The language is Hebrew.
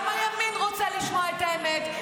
גם הימין רוצה לשמוע את האמת.